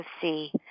see